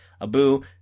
Abu